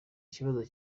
ikibazo